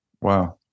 Wow